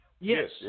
Yes